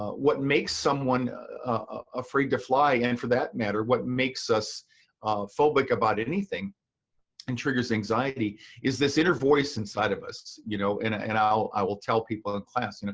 ah what makes someone afraid to fly, and for that matter, what makes us phobic about anything and triggers anxiety is this inner voice inside of us, you know? and and i will tell people in class, you know